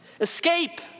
Escape